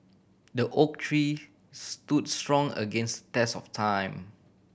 the oak tree stood strong against test of time